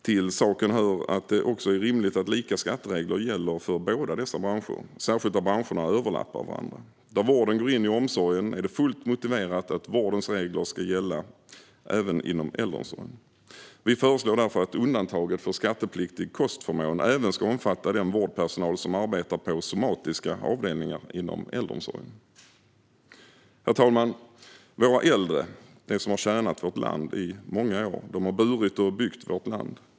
Till saken hör att det också är rimligt att lika skatteregler gäller för båda dessa branscher, särskilt där branscherna överlappar varandra. Där vården går in i omsorgen är det fullt motiverat att vårdens regler ska gälla även inom äldreomsorgen. Vi föreslår därför att undantaget för skattepliktig kostförmån även ska omfatta den vårdpersonal som arbetar på somatiska avdelningar inom äldreomsorgen. Herr talman! Våra äldre som har tjänat vårt land i många år har burit och byggt vårt land.